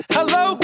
Hello